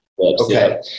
Okay